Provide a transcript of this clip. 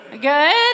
Good